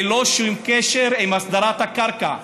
ללא שום קשר להסדרת הקרקע.